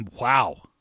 Wow